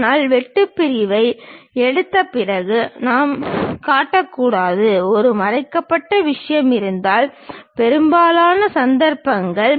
ஆனால் வெட்டுப் பிரிவை எடுத்த பிறகு நாம் காட்டக் கூடாத ஒரு மறைக்கப்பட்ட விஷயம் இருந்தால் பெரும்பாலான சந்தர்ப்பங்கள்